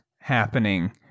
happening